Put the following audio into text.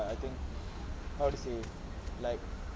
I think how to say like